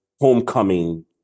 homecoming